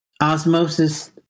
Osmosis